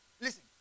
listen